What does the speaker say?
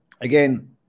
again